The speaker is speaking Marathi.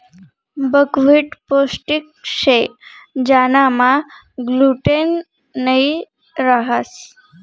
बकव्हीट पोष्टिक शे ज्यानामा ग्लूटेन नयी रहास